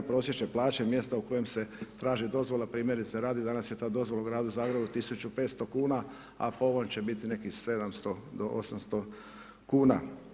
10 prosječne plaće mjesta u kojem se traži dozvola, primjerice radi danas je ta dozvola u gradu Zagrebu 1500 kuna a po ovom će biti nekih 700 do 800 kuna.